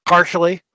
Partially